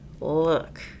look